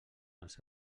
els